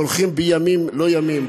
שהולכים בימים-לא-ימים,